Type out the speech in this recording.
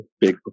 big